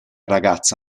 ragazza